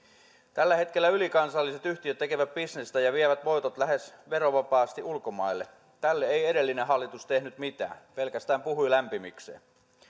tällä hetkellä ylikansalliset yhtiöt tekevät bisnestä ja vievät voitot lähes verovapaasti ulkomaille tälle ei edellinen hallitus tehnyt mitään pelkästään puhui lämpimikseen